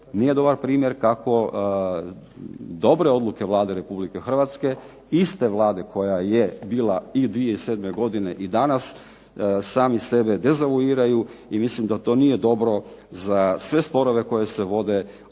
nije dobar primjer kako dobre odluke Vlade RH, iste Vlade koja je bila i 2007. godine i danas, sami sebe dezavuiraju i mislim da to nije dobro za sve sporove koji se vode u